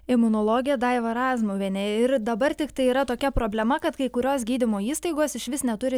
imunologė daiva razmuvienė ir dabar tiktai yra tokia problema kad kai kurios gydymo įstaigos išvis neturi